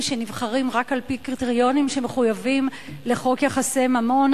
שנבחרים רק על-פי קריטריונים ושמחויבים לחוק יחסי ממון.